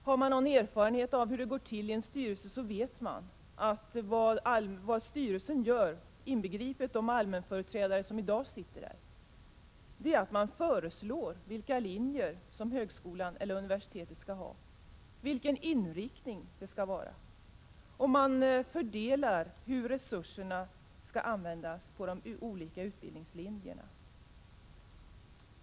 Har man någon erfarenhet av hur det går till i en styrelse vet man att det som styrelsen gör, inbegripet de allmänföreträdare som i dag sitter där, är att man föreslår vilka linjer som högskolan eller universitetet skall ha, vilken inriktning som skall gälla. Man fördelar resurserna till de olika linjerna.